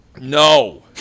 No